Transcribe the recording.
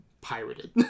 pirated